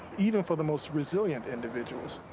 even for the most resilient individuals.